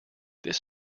this